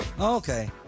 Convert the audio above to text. Okay